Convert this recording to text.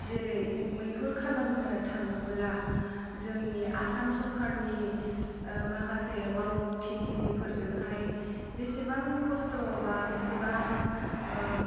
जेरै मैहुर खालामनो थाङोबोला जोंनि आसाम सरखारनि माखासे मावथिगिरिफोरजोंहाय बेसेबां खस्थ' बा बेसेबां